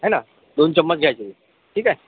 हैना दोन चम्मच घ्यायचे ठीक आहे